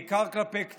בעיקר כלפי קטינים,